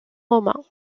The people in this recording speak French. romain